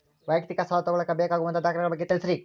ವೈಯಕ್ತಿಕ ಸಾಲ ತಗೋಳಾಕ ಬೇಕಾಗುವಂಥ ದಾಖಲೆಗಳ ಬಗ್ಗೆ ತಿಳಸ್ರಿ